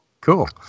cool